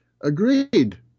Agreed